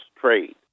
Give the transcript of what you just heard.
trade